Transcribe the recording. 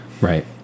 right